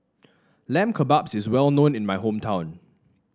Lamb Kebabs is well known in my hometown